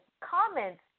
comments